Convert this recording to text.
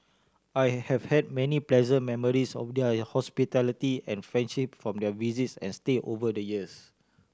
I have had many pleasant memories of their hospitality and friendship from their visits and stay over the years